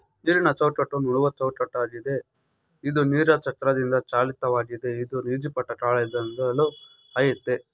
ನೀರಿನಚೌಕಟ್ಟು ನೂಲುವಚೌಕಟ್ಟಾಗಿದೆ ಇದು ನೀರಿನಚಕ್ರದಿಂದಚಾಲಿತವಾಗಿದೆ ಇದು ಈಜಿಪ್ಟಕಾಲ್ದಿಂದಲೂ ಆಯ್ತೇ